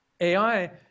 AI